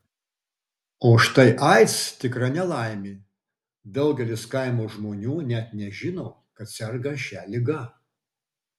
o štai aids tikra nelaimė daugelis kaimo žmonių net nežino kad serga šia liga